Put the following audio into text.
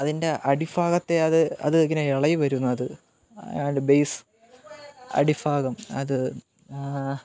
അതിന്റെ അടിഭാഗത്തെ അത് അതിങ്ങനെ ഇളകിവരുന്നത് അത് ബെയ്സ് അടിഭാഗം അത്